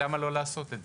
למה לא לעשות את זה?